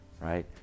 Right